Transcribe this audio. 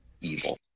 evil